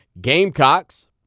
Gamecocks